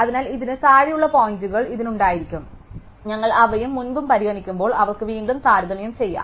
അതിനാൽ ഇതിന് താഴെയുള്ള പോയിന്റുകൾ ഇതിന് ഉണ്ടായിരിക്കാം ഞങ്ങൾ അവയും മുമ്പും പരിഗണിക്കുമ്പോൾ അവർക്ക് വീണ്ടും താരതമ്യം ചെയ്യാം